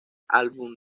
álbum